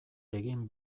egin